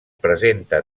presenta